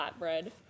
Flatbread